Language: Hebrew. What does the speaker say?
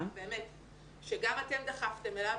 שגם אתם דחפתם אליו,